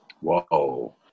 Whoa